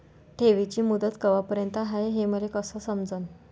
ठेवीची मुदत कवापर्यंत हाय हे मले कस समजन?